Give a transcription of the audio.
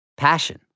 Passion